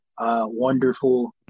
Wonderful